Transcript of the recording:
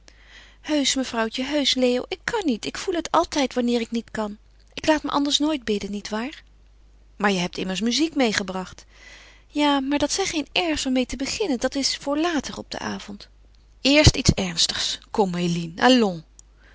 heusch mevrouwtje heusch leo ik kan niet ik voel het altijd wanneer ik niet kan ik laat me anders nooit bidden nietwaar maar je hebt immers muziek meêgebracht ja maar dat zijn geen airs om meê te beginnen dat is voor later op den avond eerst iets ernstigs kom eline allons